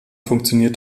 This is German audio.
funktioniert